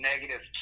negative